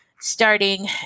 starting